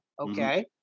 okay